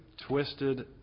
twisted